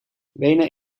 wenen